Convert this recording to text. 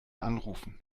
anrufen